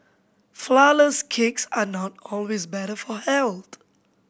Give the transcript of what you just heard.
flourless cakes are not always better for health